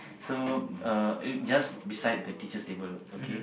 so uh just beside the teacher's table okay